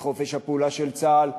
את חופש הפעולה של צה"ל,